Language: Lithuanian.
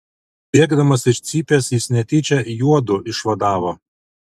bėgdamas iš cypės jis netyčia juodu išvadavo